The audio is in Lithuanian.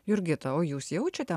jurgita o jūs jaučiate